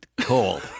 cold